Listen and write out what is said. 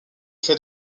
fait